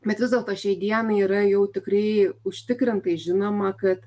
bet vis dėlto šiai dienai yra jau tikrai užtikrintai žinoma kad